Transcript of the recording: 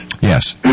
Yes